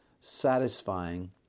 satisfying